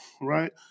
right